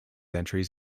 entries